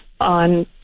on